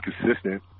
consistent